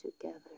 together